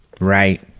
Right